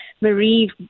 Marie